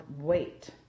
wait